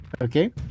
Okay